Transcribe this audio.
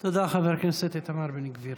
תודה, חבר הכנסת איתמר בן גביר.